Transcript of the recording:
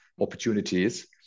opportunities